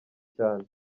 cyane